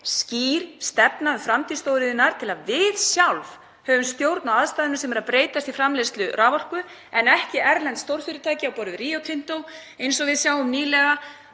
skýr stefna um framtíð stóriðjunnar til að við sjálf höfum stjórn á aðstæðunum sem eru að breytast í framleiðslu raforku en ekki erlend stórfyrirtæki á borð við Rio Tinto. Eins og við sáum nýlega